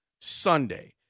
Sunday